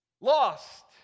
lost